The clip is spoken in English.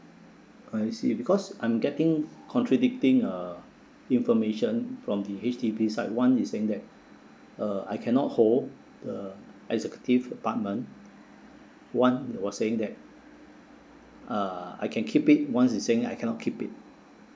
I see because I'm getting contradicting uh information from the H_D_B side one is saying that uh I cannot hold the executive apartment one was saying that uh I can keep it one is saying I cannot keep it